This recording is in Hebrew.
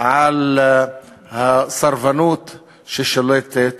על הסרבנות ששולטת